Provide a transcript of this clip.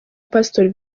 pastor